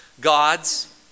gods